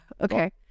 Okay